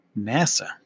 NASA